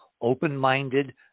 open-minded